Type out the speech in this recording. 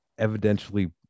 evidentially